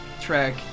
track